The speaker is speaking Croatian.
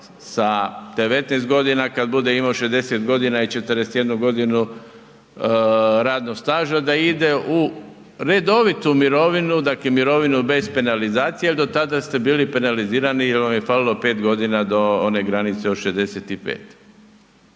sa 19 godina kad bude imao 60 godina i 41 godinu radnog staža da ide u redovitu mirovinu, dakle mirovinu bez penalizacije jer do tada ste bili penalizirani jer vam je falilo 5 godina do one granice od 65.